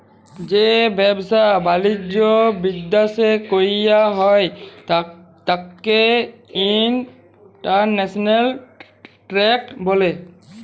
যে ব্যাবসা বালিজ্য বিদ্যাশে কইরা হ্যয় ত্যাকে ইন্টরন্যাশনাল টেরেড ব্যলে